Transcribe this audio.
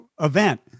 event